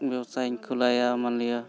ᱵᱮᱵᱽᱥᱟᱭᱤᱧ ᱠᱷᱩᱞᱟᱹᱣᱟ ᱢᱟᱱᱞᱤᱭᱟ